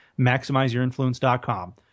MaximizeYourInfluence.com